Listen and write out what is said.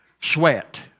sweat